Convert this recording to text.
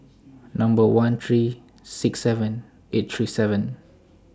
Number one three six seven eight three seven